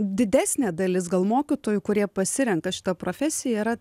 didesnė dalis gal mokytojų kurie pasirenka šitą profesiją yra